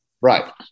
Right